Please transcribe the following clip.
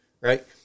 right